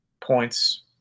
points